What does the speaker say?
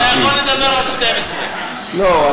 אתה יכול לדבר עד 24:00. לא,